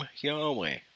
Yahweh